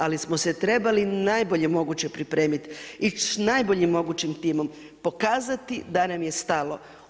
Ali smo se trebali najbolje moguće pripremiti, ići najboljim mogućim timom, pokazati da nam je stalo.